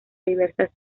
diversas